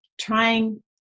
trying